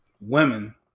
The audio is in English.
women